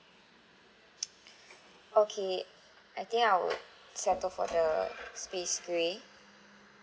okay I think I will settle for the space grey